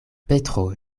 petro